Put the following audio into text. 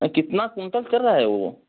कितना कुन्तल चल रहा है वो